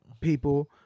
people